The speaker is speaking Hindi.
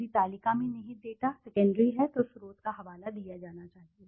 यदि तालिका में निहित डेटा सेकेंडरी हैं तो स्रोत का हवाला दिया जाना चाहिए